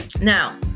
Now